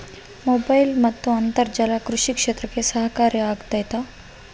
Mobile ಮತ್ತು ಅಂತರ್ಜಾಲ ಕೃಷಿ ಕ್ಷೇತ್ರಕ್ಕೆ ಸಹಕಾರಿ ಆಗ್ತೈತಾ?